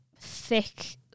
thick